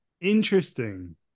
Interesting